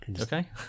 okay